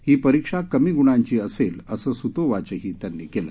ही परीक्षा कमी ग्णांची असेल असं सूतोवाचही त्यांनी केलं